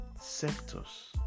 sectors